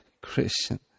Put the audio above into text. Christian